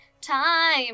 time